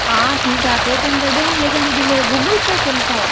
हाँ ठीक है आप पेटीएम कर देना लेकिन दीदी मेरा गूगल पे चलता है